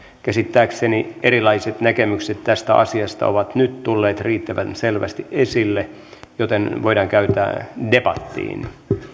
käsittääkseni erilaiset näkemykset tästä asiasta ovat nyt tulleet riittävän selvästi esille joten voidaan käydä debattiin